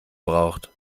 braucht